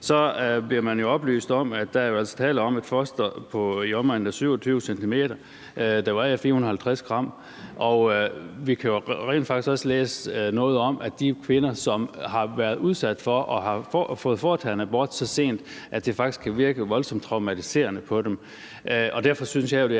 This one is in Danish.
22, bliver man jo oplyst om, at der altså er tale om et foster på i omegnen af 27 cm, der vejer 450 g, og vi kan rent faktisk også læse noget om, at på de kvinder, som har været udsat for at have fået foretaget en abort så sent, kan det faktisk virke voldsomt traumatiserende. Derfor synes jeg jo,